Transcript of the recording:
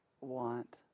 want